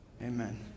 Amen